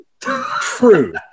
true